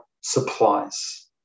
supplies